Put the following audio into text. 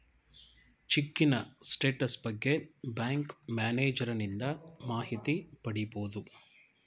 ಚಿಕ್ಕಿನ status ಬಗ್ಗೆ bank ಮ್ಯಾನೇಜರನಿಂದ ಮಾಹಿತಿ ಪಡಿಬೋದು